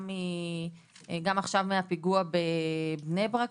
למשל בפיגוע שהיה בבני ברק,